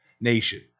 nation